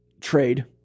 trade